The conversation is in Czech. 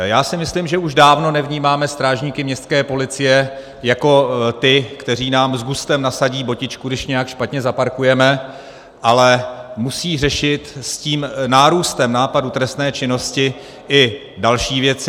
Já si myslím, že už dávno nevnímáme strážníky městské policie jako ty, kteří nám s gustem nasadí botičku, když nějak špatně zaparkujeme, ale musí řešit s tím nárůstem nápadu trestné činnosti i další věci.